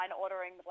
ordering